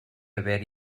haver